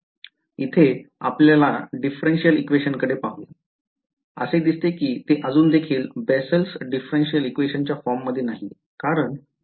तर इथे आपल्या differential equation कडे पाहून असे दिसते कि ते अजून देखील Bessel's differential equation च्या फॉर्म मध्ये नाहीये